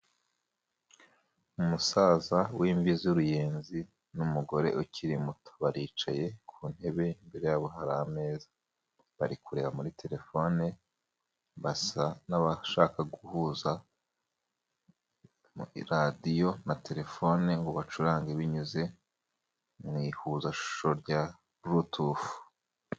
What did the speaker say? Umusaza w'imvi z'uruyenzi n'umugore ukiri muto, baricaye ku ntebe, imbere yabo hari ameza, bari kureba muri telefone basa n'abashaka guhuza iradiyo na telefone ngo bacurange binyuze mu ihuzashusho rya burutufu.